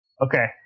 Okay